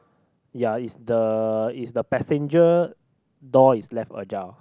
ya is the is the passenger door is left ajar